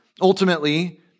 Ultimately